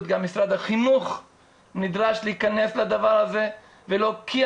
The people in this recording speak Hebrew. אלא גם משרד החינוך נדרש להיכנס לדבר הזה ולהוקיע